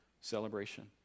celebration